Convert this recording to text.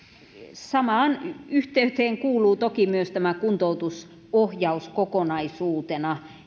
samaan yhteyteen kuuluu toki myös tämä kuntoutusohjaus kokonaisuutena